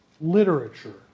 literature